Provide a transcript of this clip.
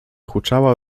huczała